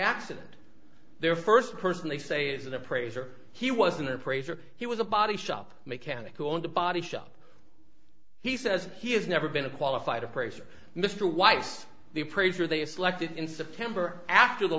accident their first person they say is an appraiser he was an appraiser he was a body shop mechanic who owned a body shop he says he has never been a qualified appraiser mr weiss the appraiser they have selected in september after the